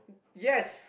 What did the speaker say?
yes